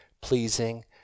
pleasing